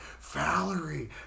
Valerie